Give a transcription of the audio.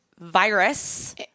virus